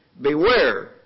Beware